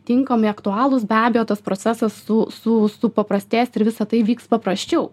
tinkami aktualūs be abejo tas procesas su su supaprastės ir visa tai vyks paprasčiau